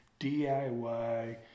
DIY